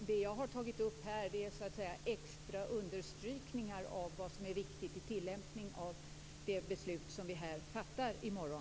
Det jag har tagit upp här är extra understrykningar av vad som är viktigt i tillämpningen av det beslut som vi fattar här i morgon.